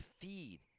feed